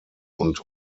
und